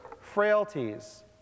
frailties